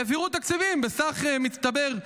העבירו תקציבים בסכום מצטבר,